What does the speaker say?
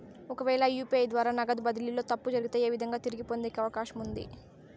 ఒకవేల యు.పి.ఐ ద్వారా నగదు బదిలీలో తప్పు జరిగితే, ఏ విధంగా తిరిగి పొందేకి అవకాశం ఉంది?